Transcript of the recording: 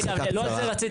רגע, לא על זה רציתי.